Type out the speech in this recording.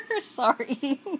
Sorry